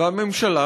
והממשלה,